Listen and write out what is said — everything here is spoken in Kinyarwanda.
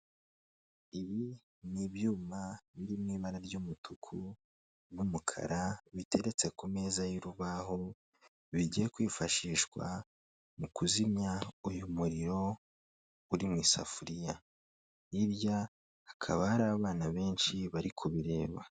Ibi ni ibyuma biri mu ibara ry'umutuku n'umukara biteretse ku meza y'urubaho, bigiye kwifashishwa mu kuzimya uyu muriro uri mu isafuriya, hirya hakaba hari abana benshi bari kubireba.